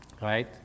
right